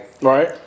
Right